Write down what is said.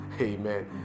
amen